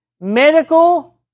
Medical